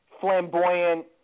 flamboyant